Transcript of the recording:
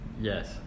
Yes